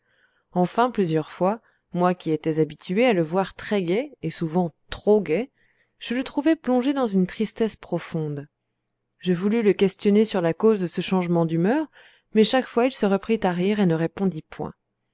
enfin plusieurs fois moi qui étais habitué à le voir très gai et souvent trop gai je le trouvai plongé dans une tristesse profonde je voulus le questionner sur la cause de ce changement d'humeur mais chaque fois il se reprit à rire et ne répondit point